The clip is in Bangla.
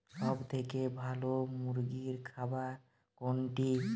সবথেকে ভালো মুরগির খাবার কোনটি?